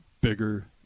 bigger